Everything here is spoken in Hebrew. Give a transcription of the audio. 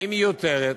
היא מיותרת.